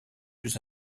plus